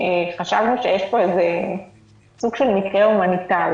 חשבנו שיש פה סוג של מקרה הומניטרי,